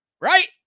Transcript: Right